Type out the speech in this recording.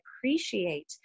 appreciate